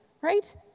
right